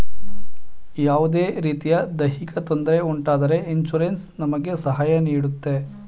ಯಾವುದೇ ರೀತಿಯ ದೈಹಿಕ ತೊಂದರೆ ಉಂಟಾದರೆ ಇನ್ಸೂರೆನ್ಸ್ ನಮಗೆ ಸಹಾಯ ನೀಡುತ್ತೆ